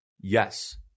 yes